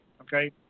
okay